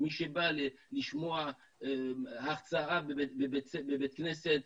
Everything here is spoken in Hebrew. מי שבא לשמוע הרצאה בבית כנסת,